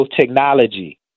technology